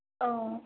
औ